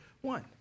one